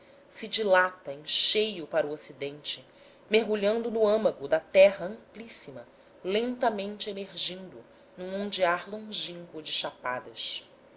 se dilata em cheio para o ocidente mergulhando no âmago da terra amplíssima lentamente emergindo num ondear longínquo de chapadas